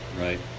right